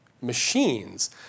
machines